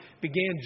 began